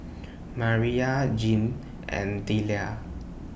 Mariyah Jeane and Delia